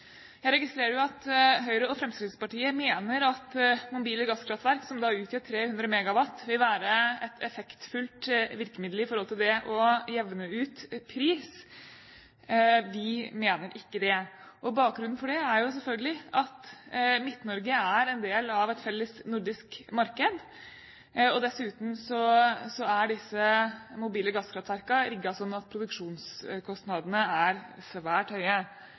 Jeg registrerer at Høyre og Fremskrittspartiet mener at mobile gasskraftverk, som utgjør 300 MW, vil være et effektfullt virkemiddel i forhold til å jevne ut pris. Vi mener ikke det. Bakgrunnen for det er selvfølgelig at Midt-Norge er en del av et felles nordisk marked, og dessuten er disse mobile gasskraftverkene rigget slik at produksjonskostnadene er svært høye.